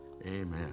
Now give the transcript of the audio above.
Amen